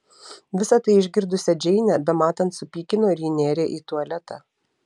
visa tai išgirdusią džeinę bematant supykino ir ji nėrė į tualetą